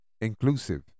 inclusive